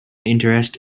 interest